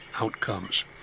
outcomes